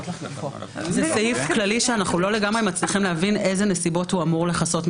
זה סעיף כללי שאנחנו לא לגמרי מבינים איזה נסיבות הוא אמור לכסות.